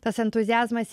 tas entuziazmas